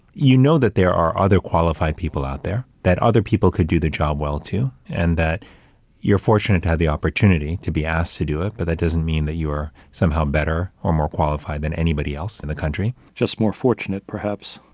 you know that there are other qualified people out there, that other people could do the job well, too, and that you're fortunate to have the opportunity to be asked to do it. but that doesn't mean that you are somehow better or more qualified than anybody else in the country. just more fortunate, perhaps.